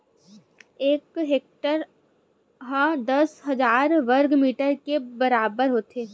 एक हेक्टेअर हा दस हजार वर्ग मीटर के बराबर होथे